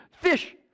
fish